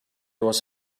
was